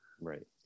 Right